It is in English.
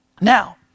Now